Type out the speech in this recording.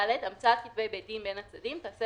(ד)המצאת כתבי בית-דין בין הצדדים תיעשה